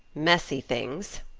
messy things,